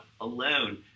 alone